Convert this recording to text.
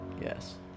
Yes